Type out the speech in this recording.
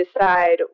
decide